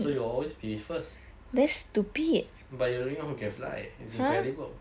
so you will always be first but you're the only one who can fly it's incredible